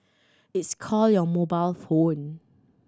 it's called your mobile phone